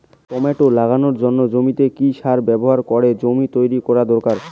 Tomato লাগানোর জন্য জমিতে কি সার ব্যবহার করে জমি তৈরি করা দরকার?